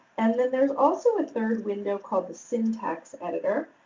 and then there's also a third window called the syntax editor.